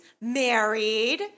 married